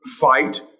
fight